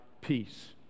peace